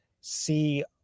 see